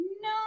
no